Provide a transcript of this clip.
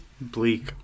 bleak